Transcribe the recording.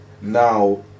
now